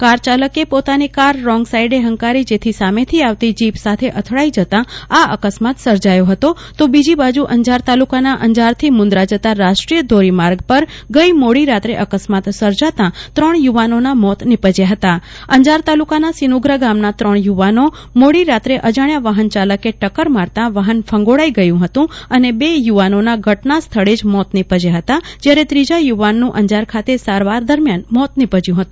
car ચાલકે પોતાની car wrong સાઈડે ફંકારી જેથી સામેથી આવતી જીપ સાથે અથડાઈ જતા આ અકસ્માત સર્જાયો હતો તો બીજી બાજુ અંજાર તાલુકા નાં અંજાર થે મુન્દ્રા જતા રાષ્ટ્રીય ધોરી માર્ગ પર ગઈ મોડી રાત્રે અકસ્માત સર્જાતા ત્રણ યુવાનો નાં મોત નીપજ્યા ફતા અંજાર તાલુકાના સિનુગ્રા ગામના ત્રણ યુવાનો ને મોડી રાત્રે અજાસ્થા વાફન ચાલકે ટકર મારતા વાફન ફંગોળાઈ ગયું ફતું અને બે યુવાનો નાંઘટના સ્થળે જ મોત નીપજયા ફતા જયારે ત્રીજા યુવાન નું અંજાર ખાતે સારવાર દરમ્યાન મોત નિપજ્યું હતી